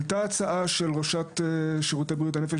עלתה הצעה של ראשת שירותי בריאות הנפש